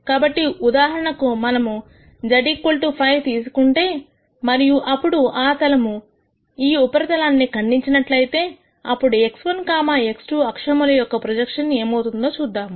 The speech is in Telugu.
కాబట్టి ఉదాహరణకు మనము z5 తీసుకుంటే మరియు అప్పుడు ఆ తలము ఈ ఉపరితలాన్ని ఖండించినట్లయితే అప్పుడు x1 x2 అక్షముల యొక్క ప్రొజెక్షన్ ఏమవుతుందో చూద్దాము